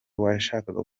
washakaga